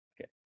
Okay